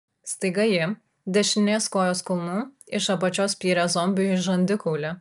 staiga ji dešinės kojos kulnu iš apačios spyrė zombiui į žandikaulį